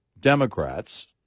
Democrats